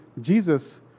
Jesus